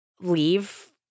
leave